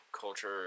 culture